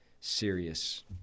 serious